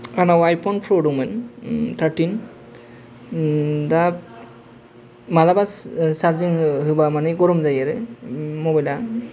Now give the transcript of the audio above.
आंनाव आयफन प्र' दंमोन थार्तिन दा मालाबा चार्जिं होबा माने गरम जायो आरो मबाइला